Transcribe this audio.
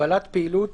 (הגבלת פעילות